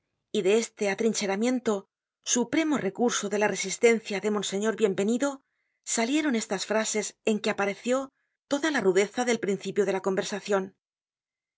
y de este atrincheramiento supremo recurso de la resistencia de monseñor bienvenido salieron estas frases en que apareció toda la rudeza del principio de la conversacion